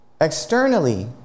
Externally